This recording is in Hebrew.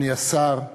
אדוני השר,